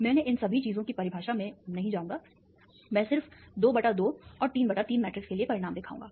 मैं इन सभी चीजों की परिभाषा में नहीं जाऊंगा मैं सिर्फ 2 बटा 2 और 3 बटा 3 मैट्रिक्स के लिए परिणाम दिखाऊंगा